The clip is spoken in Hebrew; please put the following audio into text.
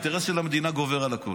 האינטרס של המדינה גובר על הכול.